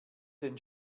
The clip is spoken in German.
den